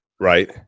Right